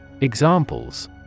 Examples